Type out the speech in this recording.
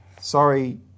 Sorry